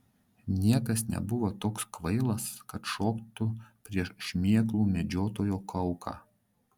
niekas nebuvo toks kvailas kad šoktų prieš šmėklų medžiotojo kauką